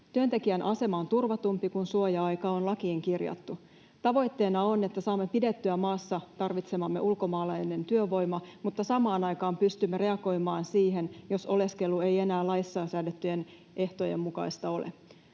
Työntekijän asema on turvatumpi, kun suoja-aika on lakiin kirjattu. Tavoitteena on, että saamme pidettyä maassa tarvitsemamme ulkomaalaisen työvoiman, mutta samaan aikaan pystymme reagoimaan siihen, jos oleskelu ei enää laissa säädettyjen ehtojen mukaista ole.